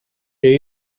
και